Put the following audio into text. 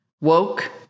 Woke